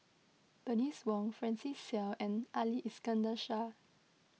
Bernice Wong Francis Seow and Ali Iskandar Shah